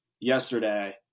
yesterday